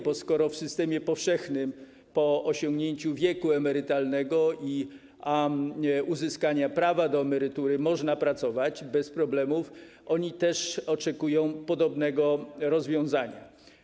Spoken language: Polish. Bo skoro w systemie powszechnym po osiągnięciu wieku emerytalnego i uzyskaniu prawa do emerytury można pracować bez problemów, to oni też oczekują podobnego rozwiązania.